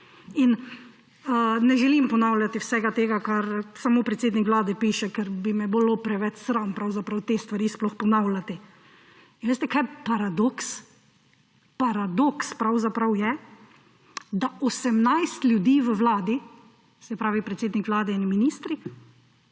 Ne želim ponavljati vsega tega, kar samo predsednik Vlade piše, ker bi me bilo preveč sram pravzaprav te stvari sploh ponavljati. In veste, kaj je paradoks? Paradoks pravzaprav je, da 18 ljudi v vladi, se pravi predsednik Vlade in ministri,